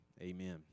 Amen